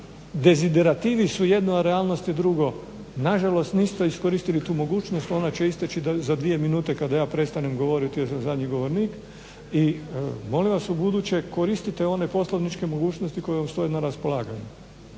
deziderativi su jedno, a realnost je drugo, nažalost niste iskoristili tu mogućnost, ona će isteći za 2 minute kada ja prestanem govoriti, jer sam zadnji govornik i molim vas ubuduće koristite one poslovničke mogućnosti koje vam stoje na raspolaganju.